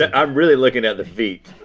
ah i'm really lookin' at the feet.